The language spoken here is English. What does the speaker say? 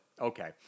okay